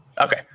okay